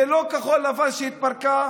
זה לא כחול לבן שהתפרקה,